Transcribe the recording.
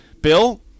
Bill